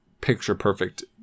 picture-perfect